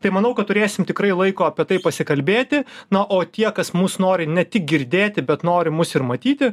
tai manau kad turėsim tikrai laiko apie tai pasikalbėti na o tie kas mus nori ne tik girdėti bet nori mus ir matyti